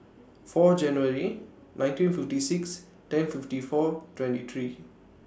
four January nineteen fifty six ten fifty four twenty three